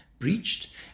breached